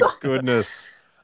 goodness